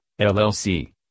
LLC